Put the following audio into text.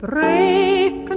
Break